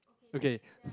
okay